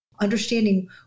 understanding